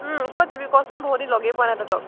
ক'ত যাবি ক'চোন বহুদিন লগেই পোৱা নাই তহঁতক